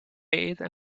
bathe